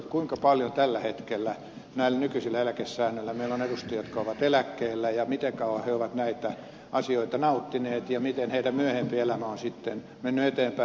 kuinka paljon tällä hetkellä näillä nykyisillä eläkesäännöillä meillä on edustajia jotka ovat eläkkeellä ja miten kauan he ovat näitä asioita nauttineet ja miten heidän myöhempi elämä on sitten mennyt eteenpäin